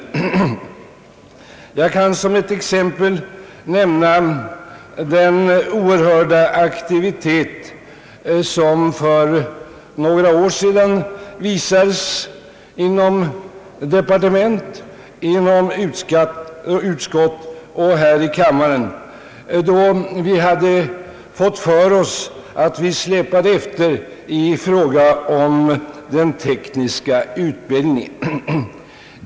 Jag kan som ett exempel nämna den oerhörda aktivitet som för några år sedan visades i departement, utskott och här i kammaren, då vi hade fått för oss att vi släpade efter i fråga om den tekniska utbildningen.